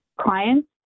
clients